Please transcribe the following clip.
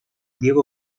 diego